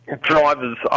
drivers